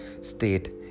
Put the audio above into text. state